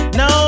no